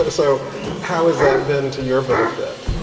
but so how has that been to your benefit?